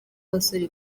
abasore